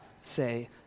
say